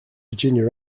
virginia